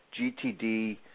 GTD